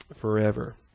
forever